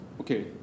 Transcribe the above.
Okay